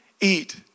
eat